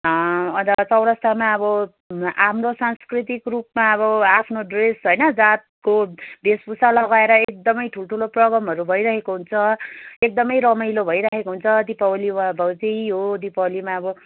अन्त चौरस्तामा अब हाम्रो संस्कृतिको रूपमा अब आफ्नो ड्रेस होइन जातको भेषभूषा लगाएर एकदम ठुल्ठुलो प्रोग्रामहरू भइरहेको हुन्छ एकदम रमाइलो भइरहेको हुन्छ दीपावली वा देउसी हो दीपावलीमा अब